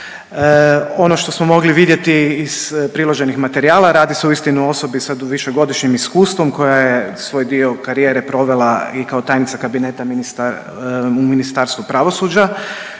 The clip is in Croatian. Ono što smo mogli vidjeti iz priloženih materijala, radi se uistinu o osobi sa višegodišnjim iskustvom koja je svoj dio karijere provela i kao tajnica kabineta u Ministarstvu pravosuđa,